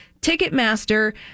Ticketmaster